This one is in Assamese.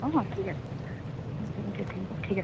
অঁঁ ঠিক আছে থেংক ইউ থেংক ইউ ঠিক আছে